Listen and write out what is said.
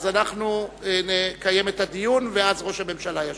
אנחנו נקיים את הדיון, ואז ראש הממשלה ישיב.